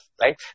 right